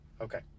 Okay